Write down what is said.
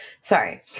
sorry